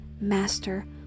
Master